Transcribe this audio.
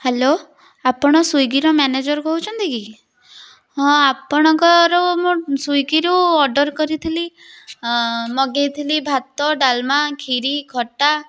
hello ଆପଣ ସ୍ଵିଗିର manager କହୁଛନ୍ତି କି ହଁ ଆପଣଙ୍କର ମୁଁ ସ୍ଵିଗିରୁ ଅର୍ଡ଼ର୍ କରିଥିଲି ମଗେଇଥିଲି ଭାତ ଡ଼ାଲମା କ୍ଷୀରି ଖଟା